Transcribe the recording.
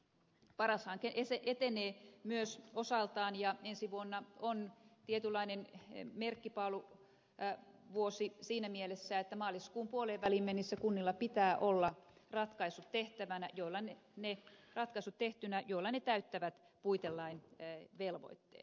paras hanke etenee myös osaltaan ja ensi vuonna on tietynlainen merkkipaaluvuosi siinä mielessä että maaliskuun puoliväliin mennessä kunnilla pitää olla ratkaisu tehtävänä jolla ne nei ratkaisut tehtyinä joilla ne täyttävät puitelain velvoitteet